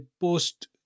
post